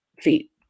feet